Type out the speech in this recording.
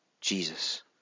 Jesus